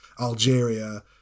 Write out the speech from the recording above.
Algeria